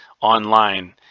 online